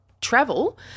travel